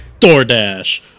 DoorDash